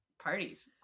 parties